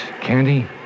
candy